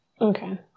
Okay